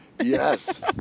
Yes